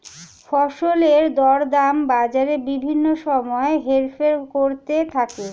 ফসলের দরদাম বাজারে বিভিন্ন সময় হেরফের করতে থাকে